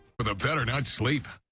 with a better night's sleep.